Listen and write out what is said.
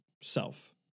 self